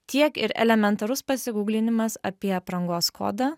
tiek ir elementarus pasiguglinimas apie aprangos kodą